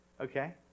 okay